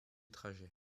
trajet